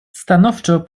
stanowczo